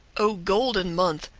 o golden month!